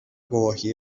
گواهی